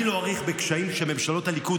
אני לא אאריך בקשיים שממשלות הליכוד